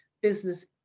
business